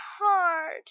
hard